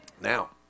Now